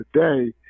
today